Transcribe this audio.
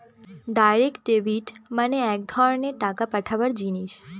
direct debit মানে এক ধরনের টাকা পাঠাবার জিনিস